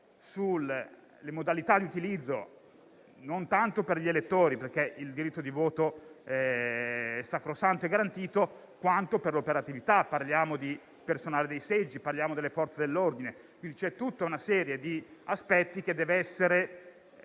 sulle modalità di utilizzo non tanto per gli elettori - perché il diritto di voto è sacrosanto e garantito - quanto per l'operatività. Parliamo di personale dei seggi, delle Forze dell'ordine: diversi sono gli aspetti che devono essere